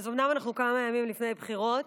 אז אומנם אנחנו כמה ימים לפני בחירות,